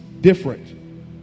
different